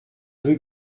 rue